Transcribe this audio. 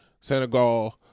Senegal